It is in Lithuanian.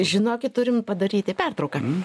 žinokit turim padaryti pertrauką